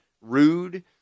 rude